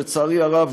לצערי הרב,